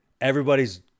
Everybody's